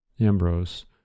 Ambrose